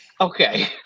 Okay